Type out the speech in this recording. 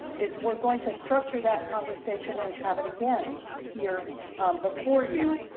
is we're going to structure that conversation and have it again here before you.